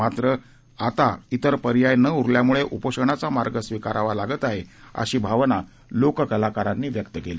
मात्र आता तिर पर्याय न उरल्यामुळे उपोषणाचा मार्ग स्वीकारावा लागत आहे अशी भावना लोककलाकारांनी व्यक्त केली